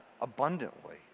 abundantly